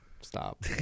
Stop